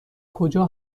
کجا